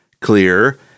clear